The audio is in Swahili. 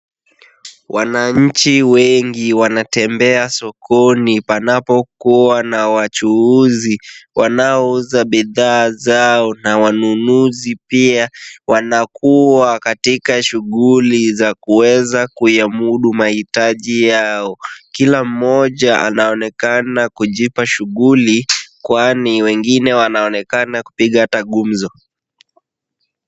Wananchi wengi wanatembea sokoni panapokuwa na wachuuzi wanaouza bidhaa zao na wanunuzi pia wanakuwa katika shughuli za kuweza kuyamudu mahitaji yao. Kila mmoja anaonekana kujipa shughuli kwani wengine wanaonekana kupiga hata gumzo.